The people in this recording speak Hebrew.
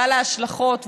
ועל ההשלכות.